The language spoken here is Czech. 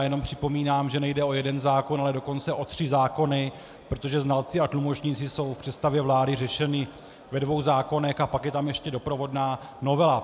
Jenom připomínám, že nejde o jeden zákon, ale dokonce o tři zákony, protože znalci a tlumočníci jsou v představě vlády řešeni ve dvou zákonech a pak je tam ještě doprovodná novela.